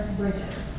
bridges